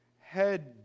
head